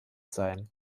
sein